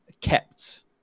kept